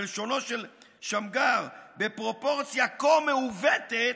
בלשונו של שמגר "בפרופורציה כה מעוותת",